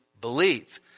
believe